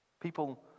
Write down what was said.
People